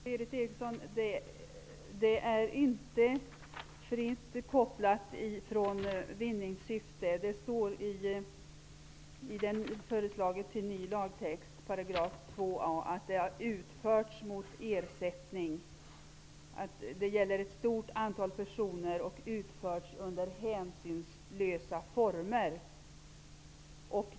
Herr talman! Detta är inte, Berith Eriksson, fritt kopplat från vinningssyfte. Av den föreslagna lydelsen i 2 a § framgår att gärningen skall ha utförts mot ersättning, skall gälla ett stort antal personer och ha utförts under hänsynslösa former.